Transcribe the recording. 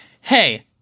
hey